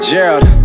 Gerald